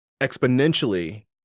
exponentially